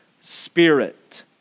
Spirit